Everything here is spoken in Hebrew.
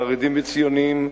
חרדים וציונים,